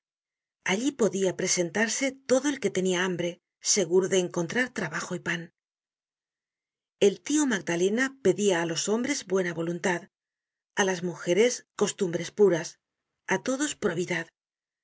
allí podia presentarse todo el que tenia hambre seguro de encontrar trabajo y pan el tio magdalena pedia á los hombres buena voluntad á las mujeres costumbres puras á todos probidad